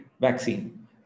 vaccine